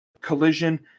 collision